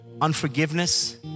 unforgiveness